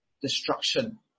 destruction